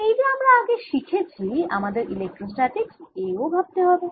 এই যা আমরা আগে শিখেছি আমাদের ইলেক্ট্রোস্ট্যাটিক্স এও ভাবতে হবে